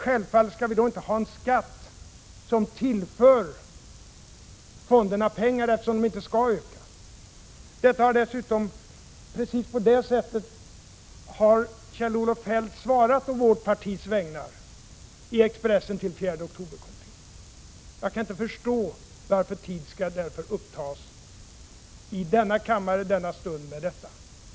Självfallet skall vi då inte ha en skatt som tillför fonderna pengar, eftersom de inte skall öka. Precis på det sättet har dessutom Kjell-Olof Feldt i Expressen svarat 4 oktober-kommittén på vårt partis vägnar. Jag kan inte förstå varför tid skall upptas i denna kammare och i denna stund med detta.